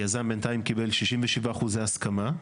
יזם בינתיים קיבל 67 אחוזי הסכמה,